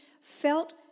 felt